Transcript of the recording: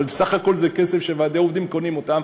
אבל בסך הכול זה כסף שוועדי עובדים קונים אותו,